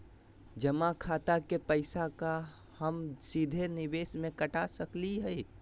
जमा खाता के पैसा का हम सीधे निवेस में कटा सकली हई?